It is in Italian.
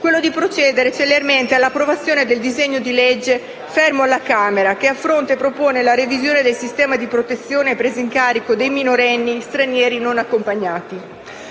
l'invito di procedere celermente all'approvazione del disegno di legge fermo alla Camera, che affronta e propone la revisione del sistema di protezione e presa in carico dei minorenni stranieri non accompagnati.